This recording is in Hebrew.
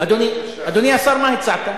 אדוני השר, מה הצעת?